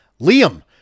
Liam